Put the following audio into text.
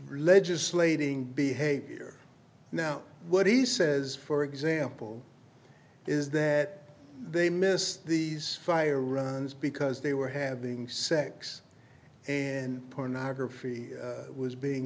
legislating behavior now what he says for example is that they miss these fire runs because they were having sex and pornography was being